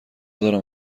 دارم